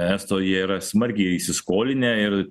eso jie yra smarkiai įsiskolinę ir